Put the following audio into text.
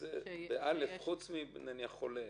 ב-(א) חוץ מחולה